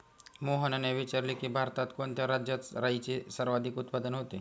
मोहनने विचारले की, भारतात कोणत्या राज्यात राईचे सर्वाधिक उत्पादन होते?